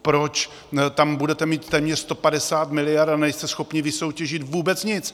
Proč tam budete mít téměř 150 miliard, a nejste schopni vysoutěžit vůbec nic?